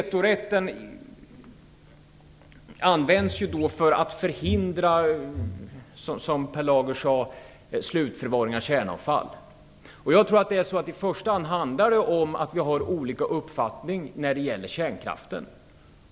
Vetorätten används för att, som Per Lager sade, förhindra slutförvaring av kärnavfall. I första hand tror jag att det handlar om att vi har olika uppfattning om kärnkraften.